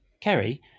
Kerry